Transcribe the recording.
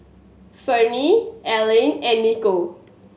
Ferne Alleen and Nicole